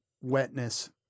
wetness